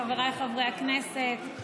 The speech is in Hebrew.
חבריי חברי הכנסת,